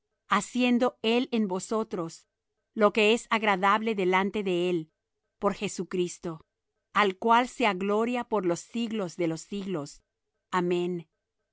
haciendo él en vosotros lo que es agradable delante de él por jesucristo al cual sea gloria por los siglos de los siglos amén